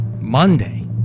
Monday